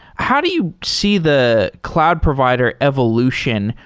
how do you see the cloud provider evolution?